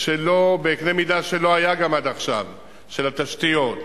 בקנה מידה שלא היה עד עכשיו, של התשתיות,